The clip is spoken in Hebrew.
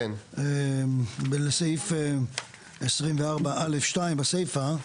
בסעיף 24(א)(2), בסייפה,